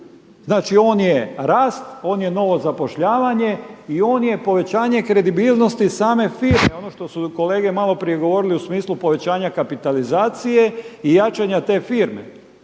znači on je rast on je novo zapošljavanje i on je povećanje kredibilnosti same firme ono što su kolege malo prije govorili u smislu povećanja kapitalizacije i jačanja te firme.